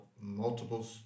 multiple